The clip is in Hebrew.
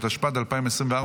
התשפ"ד 2024,